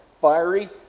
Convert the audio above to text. fiery